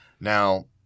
Now